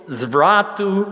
zvratu